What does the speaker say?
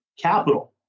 capital